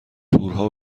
تورها